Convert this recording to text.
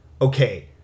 okay